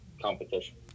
competition